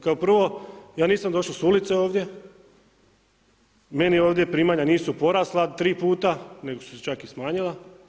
Kao prvo, ja nisam došao s ulice ovdje, meni ovdje primanja nisu porasla tri puta, nego su se čak i smanjila.